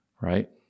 right